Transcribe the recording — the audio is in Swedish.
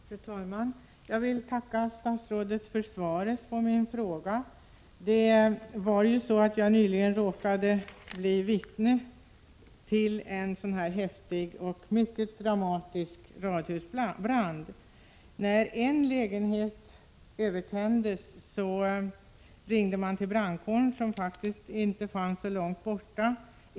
Fru talman! Jag vill tacka statsrådet för svaret på min fråga. Jag råkade nyligen bli vittne till en häftig och mycket dramatisk radhusbrand. När en lägenhet övertändes ringde man till brandkåren, som inte fanns så långt borta.